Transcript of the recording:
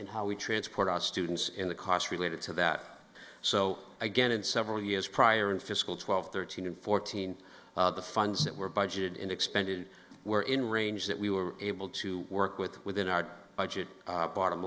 in how we transport our students in the costs related to that so again in several years prior in fiscal twelve thirteen fourteen the funds that were budgeted in expended were in range that we were able to work with within our budget bottom